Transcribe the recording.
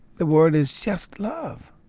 the world is just love.